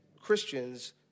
Christians